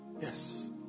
Yes